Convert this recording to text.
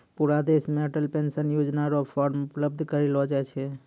पूरा देश मे अटल पेंशन योजना र फॉर्म उपलब्ध करयलो जाय छै